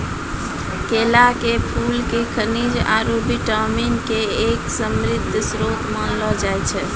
केला के फूल क खनिज आरो विटामिन के एक समृद्ध श्रोत मानलो जाय छै